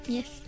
Yes